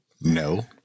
No